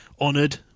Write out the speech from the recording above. honoured